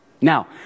Now